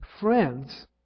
Friends